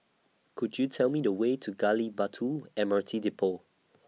Could YOU Tell Me The Way to Gali Batu M R T Depot